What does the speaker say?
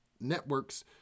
networks